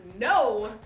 No